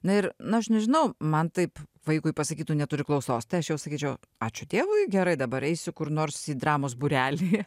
na ir na aš nežinau man taip vaikui pasakytų neturi klausos tai aš jau sakyčiau ačiū dievui gerai dabar eisiu kur nors į dramos būrelį